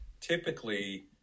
typically